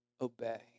obey